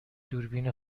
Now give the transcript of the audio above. دوربین